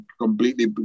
completely